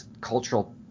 cultural